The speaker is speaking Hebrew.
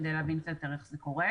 כדי להבין קצת יותר איך זה קורה.